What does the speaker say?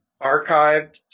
archived